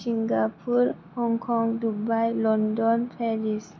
Singapore Hong Kong Dubai London Paris